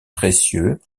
précieux